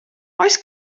oes